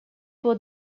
pour